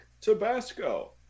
Tabasco